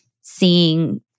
seeing